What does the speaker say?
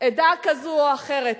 עדה כזאת או אחרת,